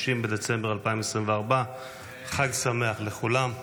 30 בדצמבר 2024. חג שמח לכולם.